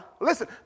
listen